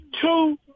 two